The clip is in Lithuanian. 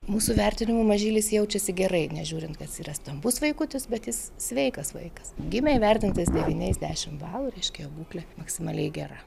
mūsų vertinimu mažylis jaučiasi gerai nežiūrint kad jis yra stambus vaikutis bet jis sveikas vaikas gimė įvertintas devyniais dešimt balų reiškia būklė maksimaliai gera